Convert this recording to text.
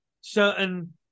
certain